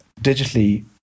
digitally